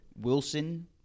Wilson